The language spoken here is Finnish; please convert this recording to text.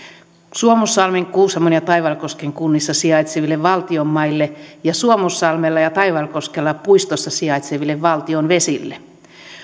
suomussalmen kuusamon ja taivalkosken kunnissa sijaitseville valtion maille ja suomussalmella ja taivalkoskella puistossa sijaitseville valtion vesille